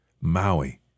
Maui